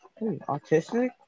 Autistic